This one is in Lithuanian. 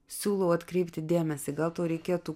siūlau atkreipti dėmesį gal tau reikėtų